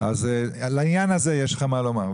על העניין הזה יש לך למה לומר.